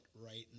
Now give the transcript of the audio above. right